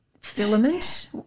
filament